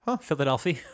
Philadelphia